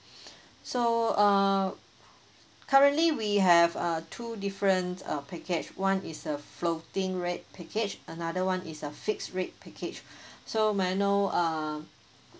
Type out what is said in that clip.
so err currently we have uh two different uh package one is a floating rate package another one is a fixed rate package so may I know err